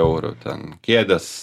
eurų ten kėdės